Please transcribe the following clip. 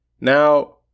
Now